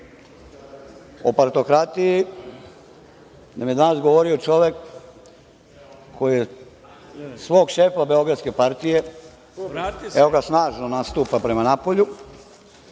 O partokratiji nam je danas govorio čovek koji je svog šefa beogradske partije, evo snažno nastupa prema napolju,